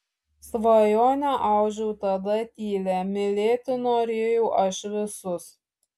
svajonę audžiau tada tylią mylėti norėjau aš visus